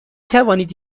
توانید